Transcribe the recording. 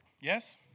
Yes